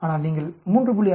ஆனால் நீங்கள் 3